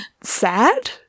sad